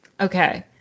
Okay